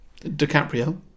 DiCaprio